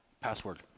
password